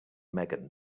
megan